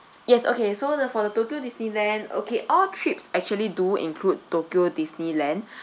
yes okay so the for the tokyo disneyland okay all trips actually do include tokyo disneyland